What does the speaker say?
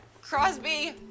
Crosby